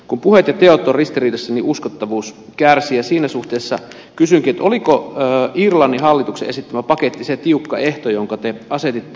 kun puheet ja teot ovat ristiriidassa niin uskottavuus kärsii ja siinä suhteessa kysynkin oliko irlannin hallituksen esittämä paketti se tiukka ehto jonka te asetitte